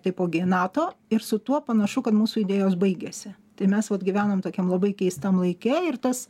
taipogi nato ir su tuo panašu kad mūsų idėjos baigiasi tai mes gyvenam tokiam labai keistam laike ir tas